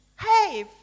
hey